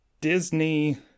Disney